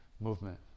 movement